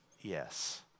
Yes